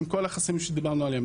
עם כל החסמים שדיברנו עליהם.